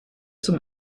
zum